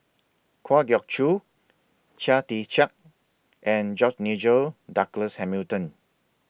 Kwa Geok Choo Chia Tee Chiak and George Nigel Douglas Hamilton